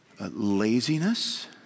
laziness